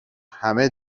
همه